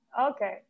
okay